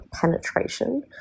penetration